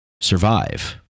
survive